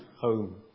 home